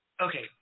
Okay